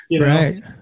Right